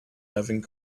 having